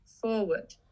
forward